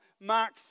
Mark